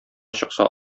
чыкса